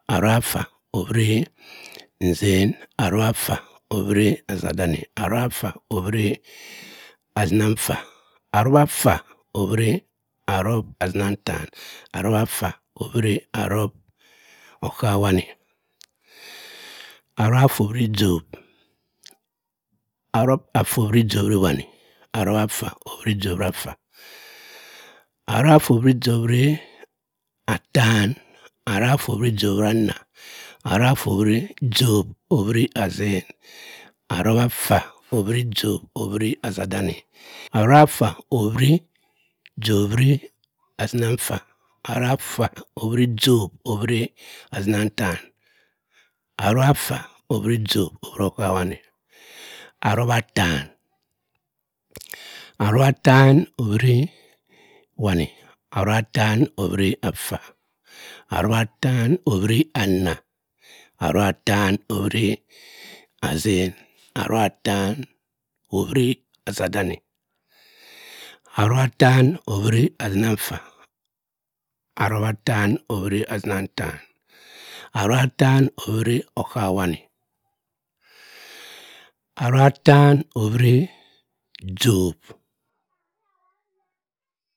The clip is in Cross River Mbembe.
Arup afaa ohuwiri nzen, arup afaa ohuwiri nzad-nyi apuw affaa ohuwiri azenaafaa anupa-faa ohuwiri arup arupaze nantan orupa-faa ohuwiri okawani orupa-faa ohwiri johb arupafo ohwiri ohwiri johb wany arupafae ohuwiri johbwinafaa anipafaa ohwiri johb wiri athan arupafaa ohwiri johb-ohwirianhh orupafaa ohwiri johb ohwiri azen arupafaa ohwiri johb azathany arupafaa ohwiri johb wiri-azanafaa arupafaa ohwiri johb oruwokawanu anipatcom orupataan ohwiri wani arupathan ohwiri afaa anipataan oh-wiri anah anipataan ohwiri azen anipataa bhwiri azathang anipataan ohwiri azaananafaa aniputaan ohwiri ok-awani anipataan ohwiri johb.